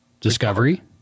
Discovery